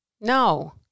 No